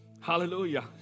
hallelujah